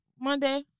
Monday